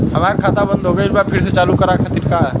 हमार खाता बंद हो गइल बा फिर से चालू करा खातिर का चाही?